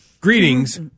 Greetings